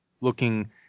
looking